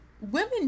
women